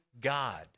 God